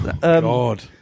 God